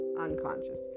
unconscious